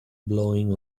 blowing